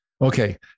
okay